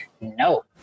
No